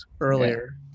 earlier